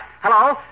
Hello